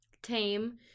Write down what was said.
tame